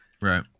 Right